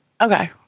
Okay